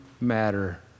matter